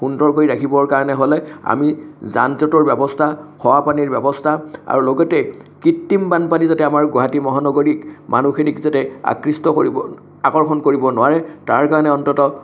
সুন্দৰ কৰি ৰাখিবৰ কাৰণে হ'লে আমি যান জঁটৰ ব্যৱস্থা খোৱাপানীৰ ব্যৱস্থা আৰু লগতেই কৃত্ৰিম বানপানীয়ে যাতে আমাৰ গুৱাহাটী মহানগৰীক মানুহখিনিক যাতে আকৃষ্ট কৰিব আকৰ্ষণ কৰিব নোৱাৰে তাৰকাৰণে অন্তত